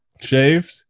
shaved